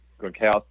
Gronkowski